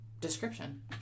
description